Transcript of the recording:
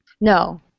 No